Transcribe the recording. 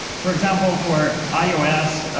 for example, for ios,